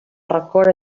record